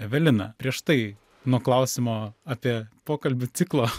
evelina prieš tai nuo klausimo apie pokalbių ciklo